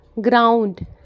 Ground